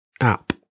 app